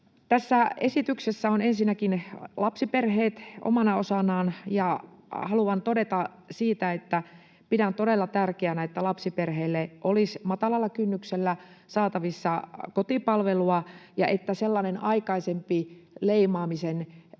Tässä esityksessä on ensinnäkin lapsiperheet omana osanaan. Haluan todeta siitä, että pidän todella tärkeänä, että lapsiperheille olisi matalalla kynnyksellä saatavissa kotipalvelua ja että sellainen aikaisempi leimaamisen pelko,